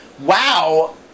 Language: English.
wow